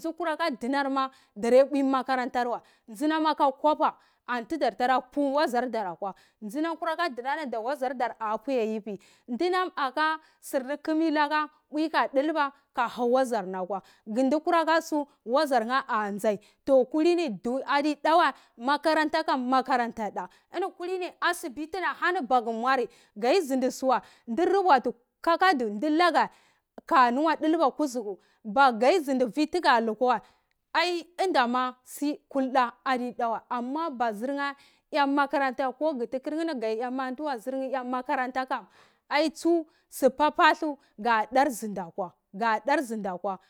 tsu kurakatimama darteta uwe makarantani. tsunaka kwaba an tutar pu-wazartara kwa, tsunam kura juna wazartara efi, tunam aksu kumileka uwe ka dilba ka hau wazar dara kwa, ndu-kurakasu, wazarye a tsai, inikam adi dawa makaranta kan makaranta, ini kuli asibitini aku muan kati sinisuwa tu rubuati kagatu tunaka, ka laha dilba kasuku kadisino inam taka lukwa, ai infama fi kulda amma basirye a makaranta, kutu kirye bakati a makaratuwa ai tsu papathle ka dar tsini kwa.